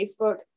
Facebook